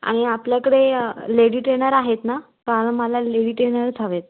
आणि आपल्याकडे lady trainer आहेत ना कारण मला लेडी ट्रेनरच हवे आहेत